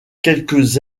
quelques